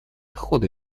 хода